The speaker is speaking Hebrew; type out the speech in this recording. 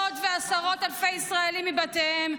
-- פונו מאות ועשרות אלפי ישראלים מבתיהם.